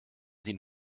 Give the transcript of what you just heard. den